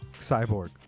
Cyborg